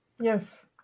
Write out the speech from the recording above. Yes